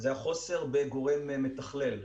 החוסר בגורם מתכלל,